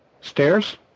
Stairs